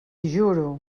juro